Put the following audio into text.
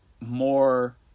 more